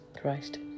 Christ